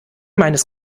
meines